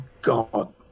God